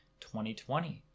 2020